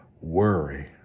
worry